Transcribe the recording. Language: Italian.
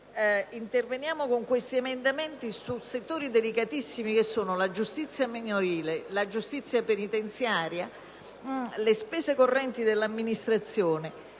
Interveniamo con questi emendamenti su settori delicatissimi, che sono la giustizia minorile, la giustizia penitenziaria, le spese correnti dell'amministrazione.